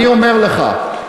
אני אומר לך,